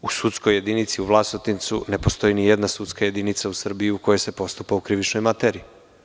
U sudskoj jedinici u Vlasotincu ne postoji nijedna sudska jedinica u Srbiji u kojoj se postupa u krivičnoj materiji.